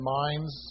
minds